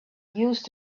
used